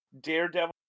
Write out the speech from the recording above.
Daredevil